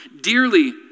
dearly